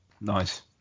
Nice